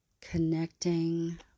connecting